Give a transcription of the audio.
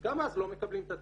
גם אז לא מקבלים את התקציב.